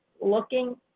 looking